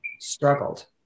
struggled